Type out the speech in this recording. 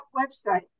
website